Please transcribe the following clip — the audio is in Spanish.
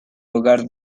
hogar